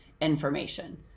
information